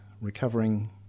recovering